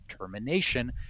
termination